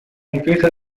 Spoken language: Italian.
difesa